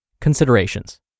Considerations